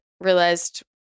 realized